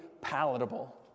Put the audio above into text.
palatable